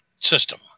system